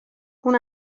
اون